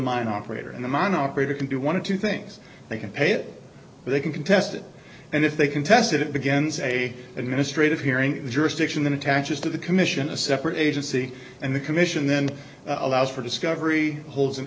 mine operator and the man operator can do want to things they can pay it they can contest it and if they contested it begins a administrative hearing jurisdiction that attaches to the commission a separate agency and the commission then allows for discovery holds